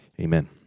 Amen